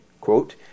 quote